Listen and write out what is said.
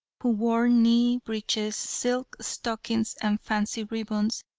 who wore knee breeches, silk stockings and fancy ribbons,